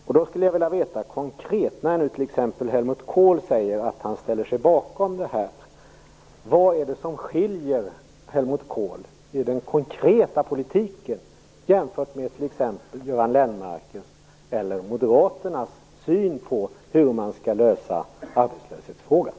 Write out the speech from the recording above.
När t.ex. Helmut Kohl säger att han ställer sig bakom den här frågan skulle jag vilja veta: Vad är det som skiljer Helmut Kohl i den konkreta politiken jämfört med t.ex. Göran Lennmarkers eller Moderaternas syn på hur man skall lösa arbetslöshetsfrågan?